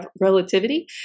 relativity